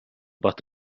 бат